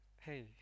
hey